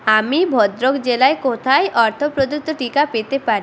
আমি ভদ্রক জেলায় কোথায় অর্থ প্রদত্ত টিকা পেতে পারি